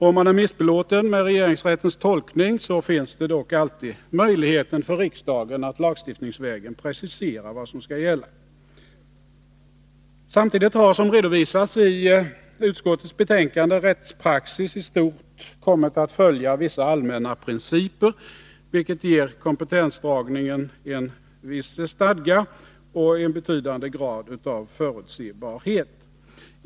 Om man är missbelåten med regeringsrättens tolkning finns dock alltid möjligheten för riksdagen att lagstiftningsvägen precisera vad som skall gälla. Samtidigt har, som redovisas i utskottsbetänkandet, rättspraxis i stort kommit att följa vissa allmänna principer, vilket ger kompetensdragningen en viss stadga och en betydande grad av förutsebarhet.